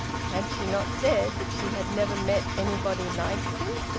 had she not said that she had never met anybody like him?